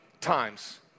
times